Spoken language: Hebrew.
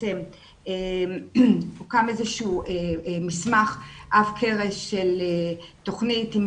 הוקם איזשהו מסמך עב-כרס של תוכנית עם